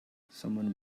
someone